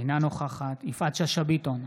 אינה נוכחת יפעת שאשא ביטון,